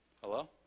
Hello